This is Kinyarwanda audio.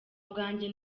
bwanjye